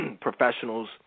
professionals